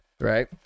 Right